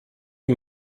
die